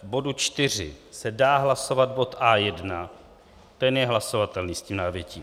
V bodu 4 se dá hlasovat bod A1, ten je hlasovatelný s tím návětím.